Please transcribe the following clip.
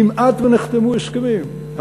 כמעט ונחתמו הסכמים.